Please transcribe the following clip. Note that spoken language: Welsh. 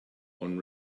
ond